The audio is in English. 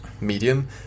medium